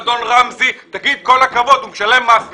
אדון רמזי, תגיד כל הכבוד, הוא משלם מס בישראל.